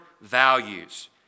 values